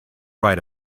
write